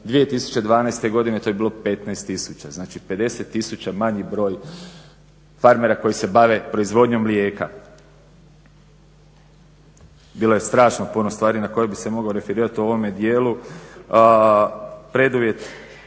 2012. godine to je bilo 15000. Znači, 50000 manji broj farmera koji se bave proizvodnjom mlijeka. Bilo je strašno puno stvari na koje bih se mogao referirati u ovome dijelu.